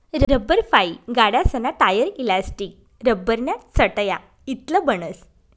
लब्बरफाइ गाड्यासना tyre, elastic, लब्बरन्या चटया इतलं बनस